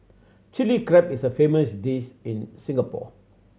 Chilli Crab is a famous dish in Singapore